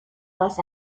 los